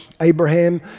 Abraham